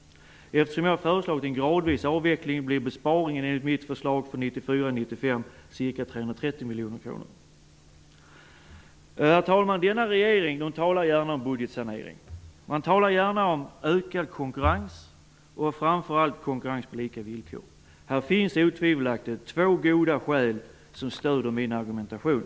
Eftersom jag har föreslagit en gradvis avveckling, blir besparingen enligt mitt förslag för 1994/95 ca 330 miljoner kronor. Herr talman! Denna regering talar gärna om budgetsanering. Regeringen talar gärna om ökad konkurrens och konkurrens på lika villkor. Här finns otvivelaktigt två goda skäl som stöder min argumentation.